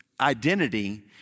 identity